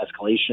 escalation